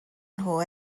nhw